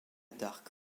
dark